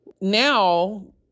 Now